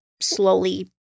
slowly